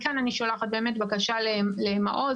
מכאן אני שולחת בקשה למעוז,